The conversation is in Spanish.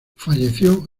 falleció